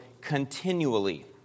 continually